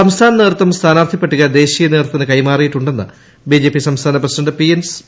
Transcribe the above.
സംസ്ഥാന നേതൃത്വം സ്ഥാനാർഥി പട്ടിക ദേശീയ നേതൃത്വത്തിന് കൈമാറിയിട്ടുണ്ടെന്ന് ബിജെപി സംസ്ഥാന പ്രസിഡന്റ് പി